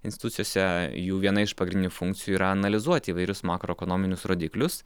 institucijose jų viena iš pagrindinių funkcijų yra analizuoti įvairius makroekonominius rodiklius